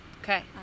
Okay